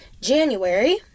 January